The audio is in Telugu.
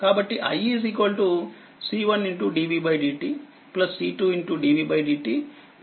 కాబట్టి i C1dvdt C2dvdt